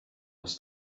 was